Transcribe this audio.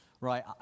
Right